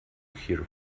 hear